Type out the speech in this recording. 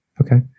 Okay